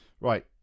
right